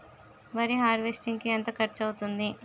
వరి హార్వెస్టింగ్ కి ఎంత ఖర్చు అవుతుంది?